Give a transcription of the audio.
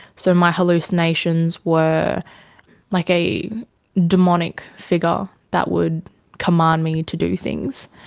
so my hallucinations were like a demonic figure that would command me to do things,